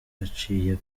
aciye